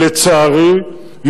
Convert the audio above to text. לצערי,